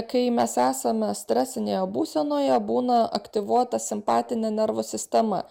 kai mes esame stresinėje būsenoje būna aktyvuota simpatinė nervų sistema